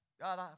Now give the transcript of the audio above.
God